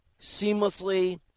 seamlessly